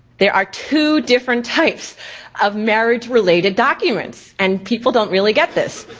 there are two different types of marriage related documents. and people don't really get this.